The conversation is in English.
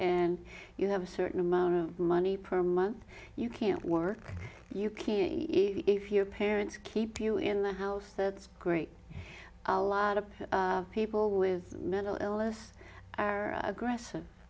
and you have a certain amount of money per month you can't work you can't if your parents keep you in the house that's great a lot of people with mental illness are aggressive